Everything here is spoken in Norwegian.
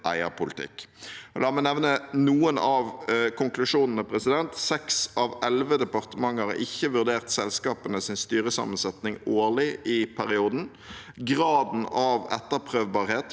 eierpolitikk. La meg nevne noen av konklusjonene: – Seks av elleve departementer har ikke vurdert selskapenes styresammensetning årlig i perioden. – Graden av etterprøvbarhet